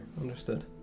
Understood